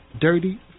Dirty